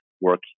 work